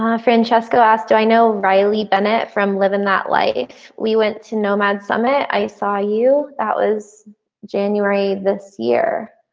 i. francisco asked do i know riley bennett from living that life. we went to nomad summit. i saw you. that was january this year.